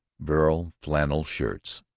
virile flannel shirts.